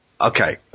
Okay